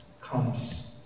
comes